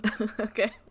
Okay